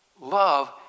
love